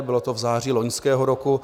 Bylo to v září loňského roku.